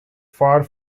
far